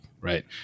right